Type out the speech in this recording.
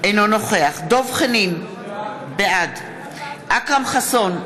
אינו נוכח דב חנין, בעד אכרם חסון,